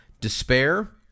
Despair